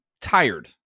tired